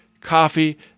coffee